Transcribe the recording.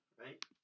right